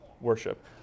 worship